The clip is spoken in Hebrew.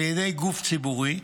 על ידי גוף ציבורי,